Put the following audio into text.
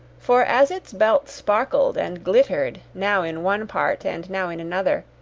for as its belt sparkled and glittered now in one part and now in another,